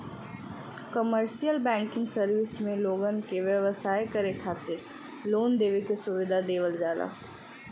commercial banking service में लोगन के व्यवसाय करे खातिर लोन देवे के सुविधा देवल जाला